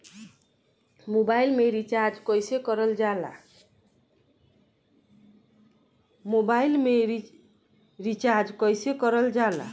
Mobile में recharge कइसे करल जाला?